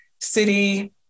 city